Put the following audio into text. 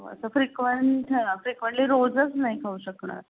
हो असं frequent frequently रोजच नाही खाऊ शकणार